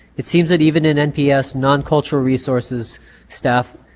it seems that even in nps non-cultural resources staff